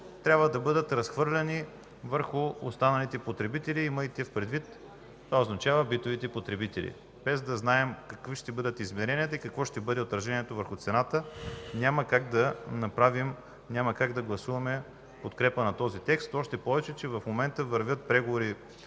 трябва да бъдат разхвърляни върху останалите потребители – имайте предвид, че това означава битовите потребители. Без да знаем какви ще бъдат измененията и какво ще бъде отражението върху цената няма как да гласуваме подкрепа на този текст, още повече че в момента вървят преговори